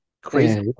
crazy